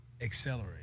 accelerate